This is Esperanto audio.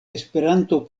esperanto